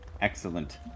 Excellent